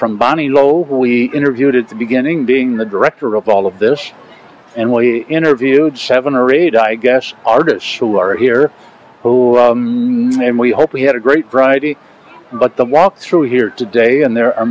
we interviewed at the beginning being the director of all of this and we interviewed seven or eight i guess artists who are here who we hope we had a great variety but the walk through here today and there are